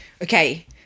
Okay